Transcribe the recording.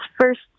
first